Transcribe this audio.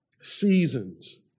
seasons